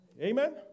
Amen